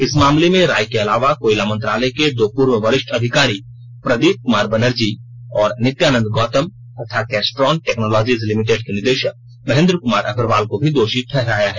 इस मामले में राय के अलावा कोयला मंत्रालय के दो पूर्व वरिष्ठ अधिकारी प्रदीप कुमार बनर्जी और नित्यानंद गौतम तथा कैस्ट्रोन टेक्नोलॉजीज लिमिटेड के निदेशक महेंद्र कुमार अग्रवाल को भी दोषी ठहराया है